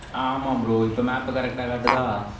ஆ ஆமாம் ப்ரோ இப்போ மேப் கரெக்டாக காட்டுதா